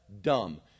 dumb